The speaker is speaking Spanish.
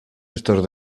estos